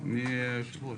היושב ראש